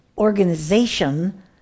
organization